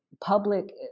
public